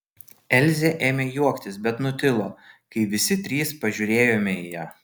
elzė ėmė juoktis bet nutilo kai visi trys pažiūrėjome į ją